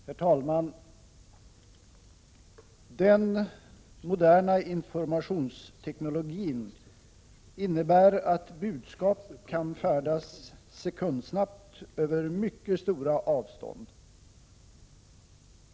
Herr talman! Den moderna informationsteknologin innebär att budskap kan färdas sekundsnabbt över mycket stora avstånd.